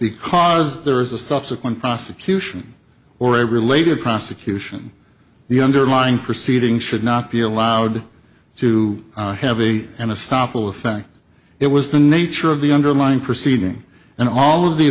because there is a subsequent prosecution or a related prosecution the underlying proceeding should not be allowed to heavy and a stop will think it was the nature of the underlying proceeding and all of the